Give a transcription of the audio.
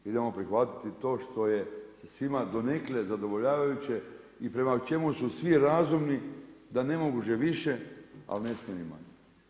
Idemo prihvatiti to što je sa svima donekle zadovoljavajuće i prema čemu su svi razumni da ne može više ali ne smije ni manje.